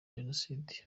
jenoside